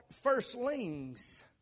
firstlings